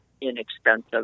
inexpensive